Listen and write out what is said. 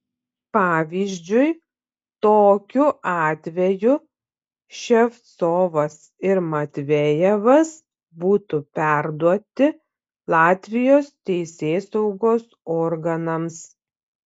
pavyzdžiui tokiu atveju ševcovas ir matvejevas būtų perduoti latvijos teisėsaugos organams